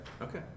Okay